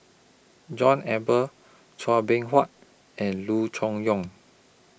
John Eber Chua Beng Huat and Loo Choon Yong